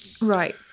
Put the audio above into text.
Right